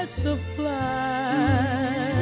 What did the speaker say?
supply